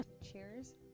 cheers